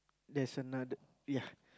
there's another ya